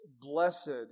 blessed